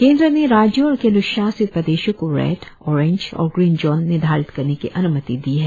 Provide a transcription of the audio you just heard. केन्द्र ने राज्यों और केन्द्रशासित प्रदेशों को रेड ऑरेंज और ग्रीन जोन निर्धारित करने की अन्मति दी है